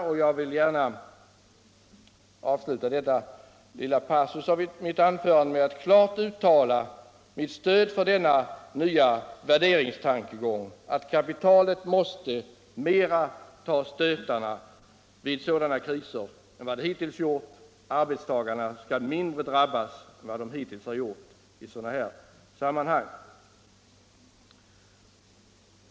Och jag vill gärna avsluta denna passus av mitt anförande med att klart uttala mitt stöd för denna nya värderingstankegång, att kapitalet måste i större utsträckning ta stötar vid sådana kriser än vad det hittills gjort. Arbetarna skall drabbas mindre än hittills i sådana här sammanhang.